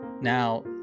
Now